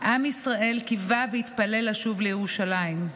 עם ישראל קיווה והתפלל לשוב לירושלים.